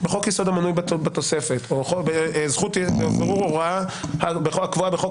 "בחוק יסוד המנוי בתוספת" או "בירור הוראה הקבועה בחוק